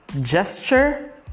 gesture